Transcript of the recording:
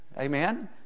Amen